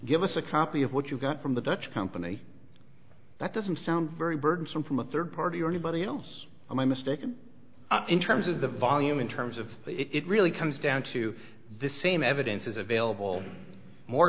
give us a copy of what you've got from the dutch company that doesn't sound very burdensome from a third party or anybody else i'm mistaken in terms of the volume in terms of it really comes down to this same evidence is available more